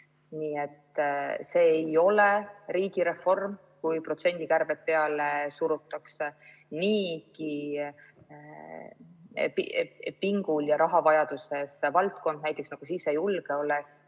See ei ole riigireform, kui protsendikärbet peale surutakse. Niigi pingul ja rahavajaduses valdkond, näiteks sisejulgeolek,